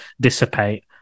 dissipate